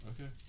Okay